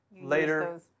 Later